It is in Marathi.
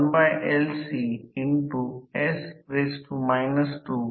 हे समान 2 pi f आहे 2 pi fω r2 pi f तर L ω L लिहा